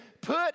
put